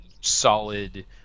solid